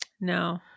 No